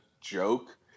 joke